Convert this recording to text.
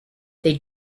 they